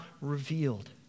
revealed